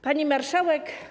Pani Marszałek!